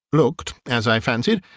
looked, as i fancied,